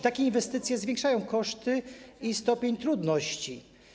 Takie inwestycje zwiększają koszty i stopień trudności.